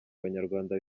abanyarwanda